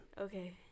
Okay